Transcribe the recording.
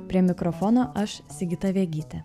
prie mikrofono aš sigita vegytė